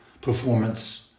performance